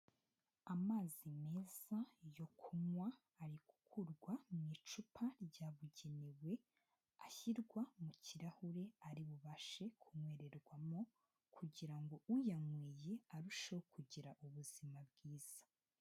Amazi meza yo kunywa, arigukurwa mu icupa ryabugenewe, ashyirwa mu kirahure ari bubashe kunywererwamo, kugira ngo uyanyweye arusheho kugira ubuzima bwiza.